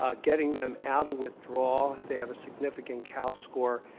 ah getting them out of withdrawal if they have a significant cows score,